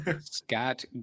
Scott